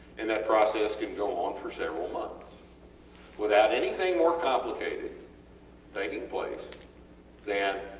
and that process can go on for several months without anything more complicated taking place than